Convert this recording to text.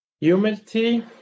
Humility